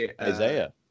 Isaiah